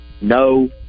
No